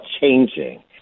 changing